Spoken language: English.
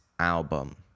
album